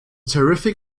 terrific